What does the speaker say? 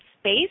space